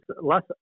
less